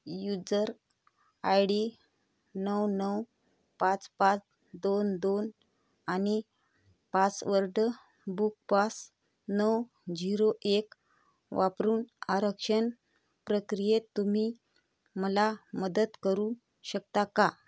user I D नऊ नऊ पाच पाच दोन दोन आणि पासवर्ड बुक पास नऊ झीरो एक वापरून आरक्षण प्रक्रियेत तुम्ही मला मदत करू शकता का